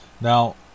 Now